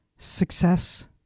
Success